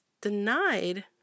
denied